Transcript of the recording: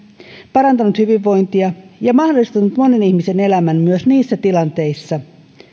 parantanut hyvinvointia ja mahdollistanut monen ihmisen elämän myös niissä tilanteissa